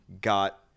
got—